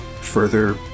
further